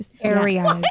Areas